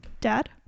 dad